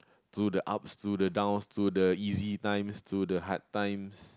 to the ups to to the downs to the easy times to the hard times